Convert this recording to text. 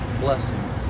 blessing